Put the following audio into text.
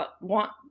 want